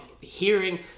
hearing